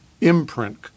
imprint